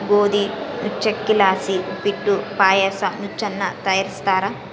ಗೋದಿ ನುಚ್ಚಕ್ಕಿಲಾಸಿ ಉಪ್ಪಿಟ್ಟು ಪಾಯಸ ನುಚ್ಚನ್ನ ತಯಾರಿಸ್ತಾರ